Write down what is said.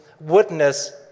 witness